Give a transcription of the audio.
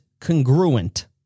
congruent